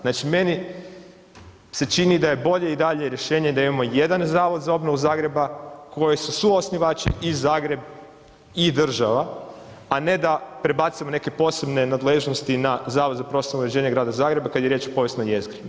Znači, meni se čini da je bolje i dalje rješenje da imamo jedan Zavod za obnovu Zagreba koje su suosnivači i Zagreb i država, a ne da prebacimo neke posebne nadležnosti na Zavod za prostorno uređenje Grada Zagreba kad je riječ o povijesnoj jezgri.